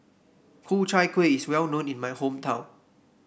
Ku Chai Kueh is well known in my hometown